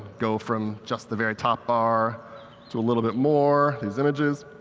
go from just the very top bar to a little bit more, these images,